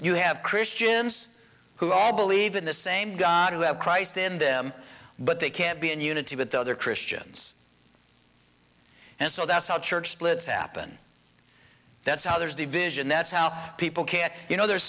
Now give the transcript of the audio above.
you have christians who all believe in the same god who have christ in them but they can't be in unity with other christians and so that's how church splits happen that's how there's division that's how people can you know there